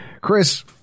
Chris